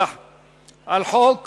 תודה לחבר הכנסת כרמל שאמה.